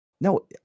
No